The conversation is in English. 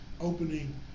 opening